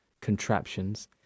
contraptions